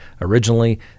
originally